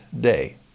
day